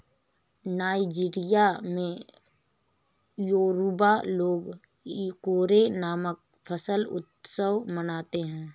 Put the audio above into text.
Nigeria में Yoruba लोग Ikore नामक फसल उत्सव मनाते हैं